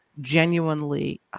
genuinely